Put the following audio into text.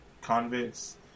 convicts